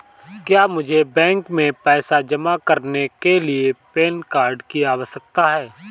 क्या मुझे बैंक में पैसा जमा करने के लिए पैन कार्ड की आवश्यकता है?